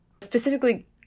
specifically